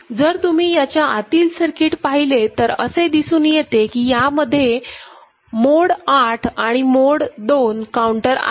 जर तुम्ही याच्या आतील सर्किट पाहिले तर असे दिसून येते की यामध्ये मोड 8 आणि मोड 2 काऊंटर आहेत